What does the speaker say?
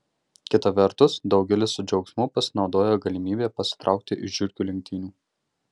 kita vertus daugelis su džiaugsmu pasinaudoja galimybe pasitraukti iš žiurkių lenktynių